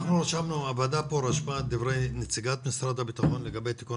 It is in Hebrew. הוועדה רשמה את דברי נציגת משרד הבטחון לגבי תיקון